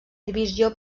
divisió